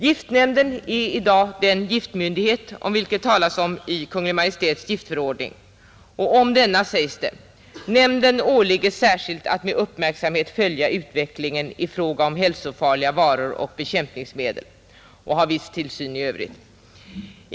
Giftnämnden är i dag den myndighet om vilken det talas i Kungl. Maj:ts giftförordning. Om denna sägs: ”Nämnden åligger särskilt att med uppmärksamhet följa utvecklingen i fråga om hälsofarliga varor och bekämpningsmedel” och ha viss tillsyn i övrigt.